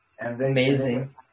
Amazing